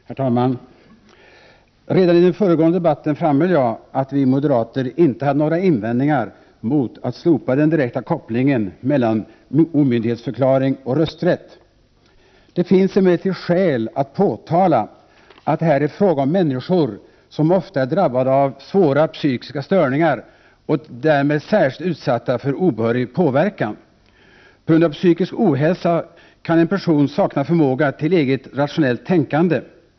Herr talman! Redan i den föregående debatten framhöll jag att vi moderater inte hade några invändningar mot att slopa den direkta kopplingen mellan omyndighetsförklaring och rösträtt. Det finns emellertid skäl att påpeka att det här ofta är fråga om människor som är drabbade av svåra psykiska störningar och därmed är särskilt utsatta för obehörig påverkan. På grund av psykisk ohälsa kan en person sakna förmåga till eget rationellt tänkande.